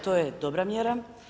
To je dobra mjera.